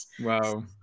Wow